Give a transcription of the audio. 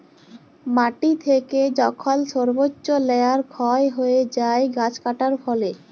মাটি থেকে যখল সর্বচ্চ লেয়ার ক্ষয় হ্যয়ে যায় গাছ কাটার ফলে